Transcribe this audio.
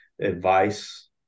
advice